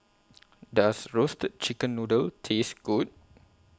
Does Roasted Chicken Noodle Taste Good